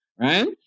right